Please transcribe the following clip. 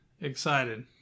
excited